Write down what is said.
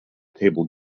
table